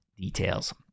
details